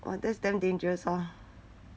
!wah! that's damn dangerous orh